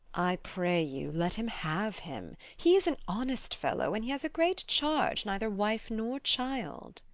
i pray you, let him have him he is an honest fellow, and he has a great charge, neither wife nor child.